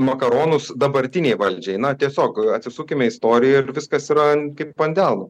makaronus dabartinei valdžiai na tiesiog atsisukime į istorija ir viskas yra kaip ant delno